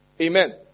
Amen